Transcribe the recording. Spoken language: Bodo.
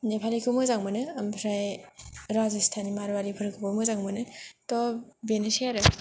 नेपालिखौ मोजां मोनो ओमफ्राय राजास्थान मारुवारिफोरखौबो मोजां मोनो थ बेनोसै आरो